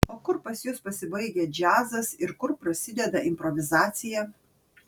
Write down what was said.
o kur pas jus pasibaigia džiazas ir kur prasideda improvizacija